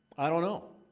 i don't know.